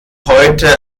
heute